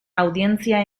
audientzia